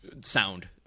sound